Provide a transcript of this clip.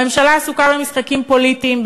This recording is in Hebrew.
הממשלה עסוקה במשחקים פוליטיים,